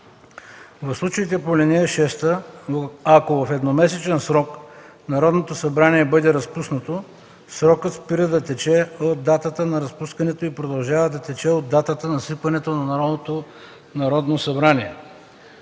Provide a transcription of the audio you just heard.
В случаите по ал. 6, ако в едномесечен срок Народното събрание бъде разпуснато, срокът спира да тече от датата на разпускането и продължава да тече от датата на свикването на новото Народно събрание.